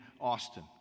Austin